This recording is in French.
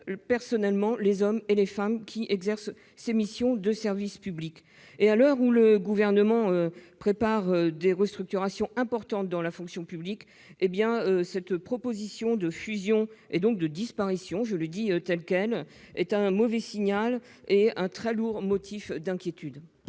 personnellement les hommes et les femmes qui exercent des missions de service public. Alors que le Gouvernement prépare des restructurations importantes dans la fonction publique, cette proposition de fusion, qui conduit- admettons-le ! -à la disparition de cette structure, est un mauvais signal et un lourd motif d'inquiétude.